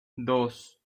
dos